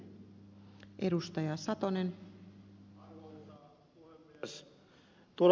arvoisa puhemies